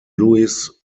luis